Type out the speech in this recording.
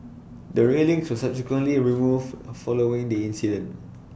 the railings were subsequently removed following the accident